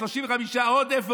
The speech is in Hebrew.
35 עודף,